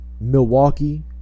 milwaukee